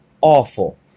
awful